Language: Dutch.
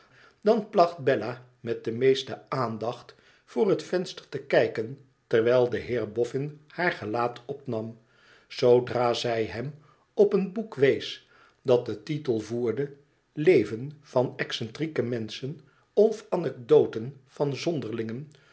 dan placht bella met de meeste aandacht voor het venster te kijken terwijl de heer boffin haar gelaat opnam zoodra zij hem op een boek wees dat ten titel voerde leven vanexcentriekemenschen of anekdoten van